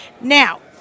Now